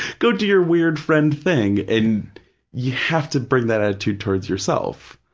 go do your weird-friend thing, and you have to bring that attitude towards yourself.